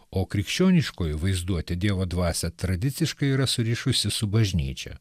o krikščioniškoji vaizduotė dievo dvasią tradiciškai yra surišusi su bažnyčia